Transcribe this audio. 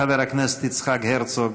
חבר הכנסת יצחק הרצוג.